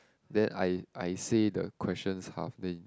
then I I say the questions half then